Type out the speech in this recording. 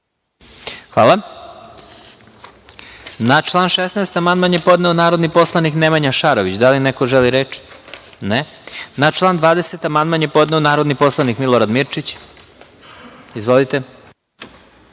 Hvala. Na član 16. amandman je podneo narodni poslanik Nemanja Šarović. Da li neko želi reč? (Ne)Na član 20. amandman je podneo narodni poslanik Milorad Mirčić. Reč